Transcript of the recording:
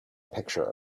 picture